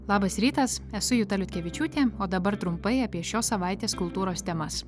labas rytas esu juta liutkevičiūtė o dabar trumpai apie šios savaitės kultūros temas